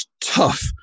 tough